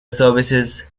services